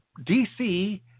dc